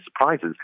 surprises